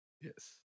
Yes